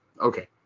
Okay